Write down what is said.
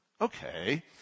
Okay